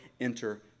enter